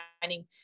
finding